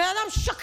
בן אדם שקרן,